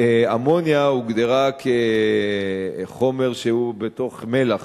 ואמוניה הוגדרה כחומר שהוא בתוך מל"ח,